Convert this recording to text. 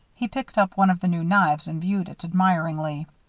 he picked up one of the new knives and viewed it admiringly.